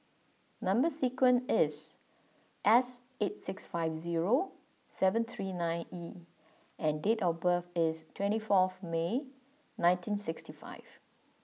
number sequence is S eight six five zero seven three nine E and date of birth is twenty forth May nineteen sixty five